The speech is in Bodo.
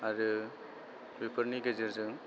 आरो बेफोरनि गेजेरजों